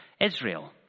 Israel